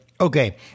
Okay